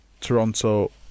Toronto